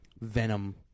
Venom